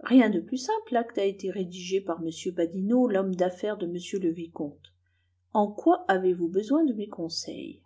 rien de plus simple l'acte a été rédigé par m badinot l'homme d'affaires de m le vicomte en quoi avez-vous besoin de mes conseils